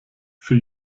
für